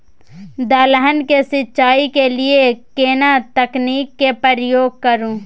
दलहन के सिंचाई के लिए केना तकनीक के प्रयोग करू?